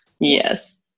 Yes